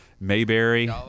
Mayberry